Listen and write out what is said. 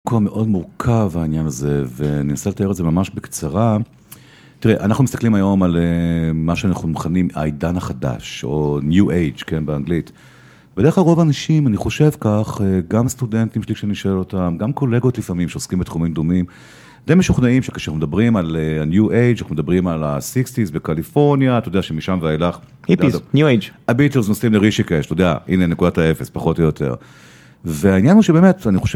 מקום מאוד מורכב, העניין הזה, ואני אנסה לתאר את זה ממש בקצרה. תראה, אנחנו מסתכלים היום על מה שאנחנו מכנים, העידן החדש, או New Age, כן, באנגלית. בדרך כלל רוב האנשים, אני חושב כך, גם סטודנטים שלי, כשאני שואל אותם, גם קולגות לפעמים שעוסקים בתחומים דומים, די משוכנעים שכשאנחנו מדברים על ה-New Age, כשאנחנו מדברים על ה-60's בקליפורניה, אתה יודע שמשם ואילך... היפיס, New Age. הביטרס נוסעים לרישיקה, שאתה יודע, הנה נקונת האפס, פחות או יותר. והעניין הוא שבאמת, אני חושב...